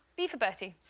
b for bertie.